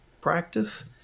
practice